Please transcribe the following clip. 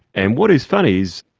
and what is funny is,